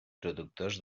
productors